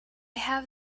have